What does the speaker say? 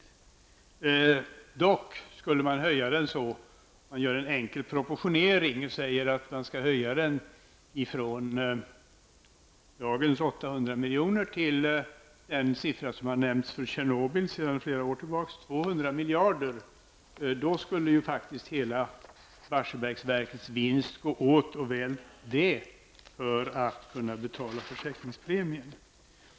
Men om man skulle höja den och göra en enkel proportionering och höja den ifrån dagens 800 miljoner till den siffra som har nämnts sedan flera år tillbaka för Tjernobyl, 200 miljarder, skulle faktiskt hela Barsebäcksverkets vinst gå åt, och väl det, för att kunna betala försäkringspremien.